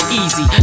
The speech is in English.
easy